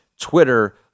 Twitter